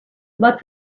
but